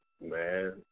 Man